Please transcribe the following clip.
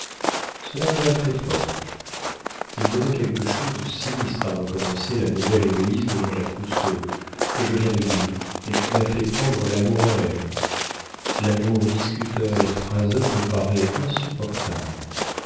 cela me va très-fort il y aurait quelque chose de sinistre à recommencer la nouvelle-héloïse de jean-jacques rousseau que je viens de lire et qui m'a fait prendre l'amour en haine l'amour discuteur et phraseur me paraît insupportable